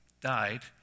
died